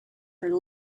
for